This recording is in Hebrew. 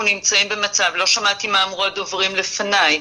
לא שמעתי מה אמרו הדוברים לפניי.